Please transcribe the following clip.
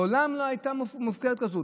מעולם לא הייתה אופוזיציה מופקרת כזאת.